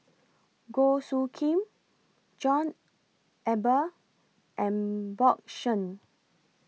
Goh Soo Khim John Eber and Bjorn Shen